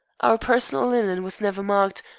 our personal linen was never marked,